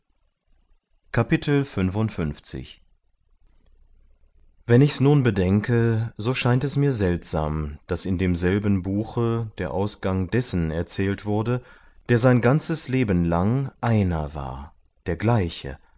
wenn ichs nun bedenke so scheint es mir seltsam daß in demselben buche der ausgang dessen erzählt wurde der sein ganzes leben lang einer war der gleiche